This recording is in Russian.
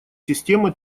системы